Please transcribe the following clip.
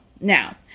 Now